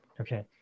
Okay